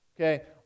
okay